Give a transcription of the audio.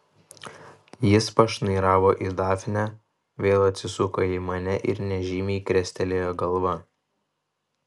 jis pašnairavo į dafnę vėl atsisuko į mane ir nežymiai krestelėjo galva